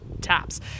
taps